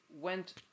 went